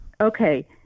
Okay